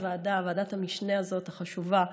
ועדת המשנה החשובה הזאת,